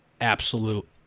absolute